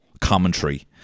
commentary